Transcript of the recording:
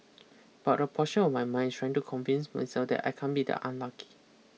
but a portion of my mind is trying to convince myself that I can't be that unlucky